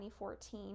2014